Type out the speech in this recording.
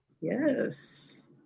yes